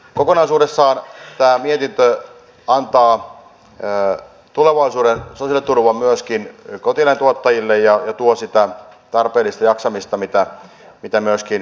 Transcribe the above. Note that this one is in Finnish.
kokonaisuudessaan tämä mietintö antaa tulevaisuuden sosiaaliturvan myöskin kotieläintuottajille ja tuo sitä tarpeellista jaksamista mitä myöskin viljelijän ammatissa tarvitaan